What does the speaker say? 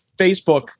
Facebook